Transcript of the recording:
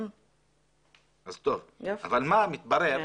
אבל מה מתברר?